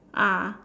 ah